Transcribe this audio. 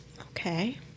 Okay